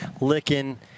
licking